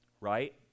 Right